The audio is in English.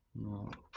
no